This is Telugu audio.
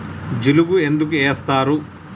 జిలుగు ఎందుకు ఏస్తరు?